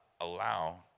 allow